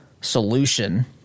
solution